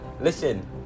listen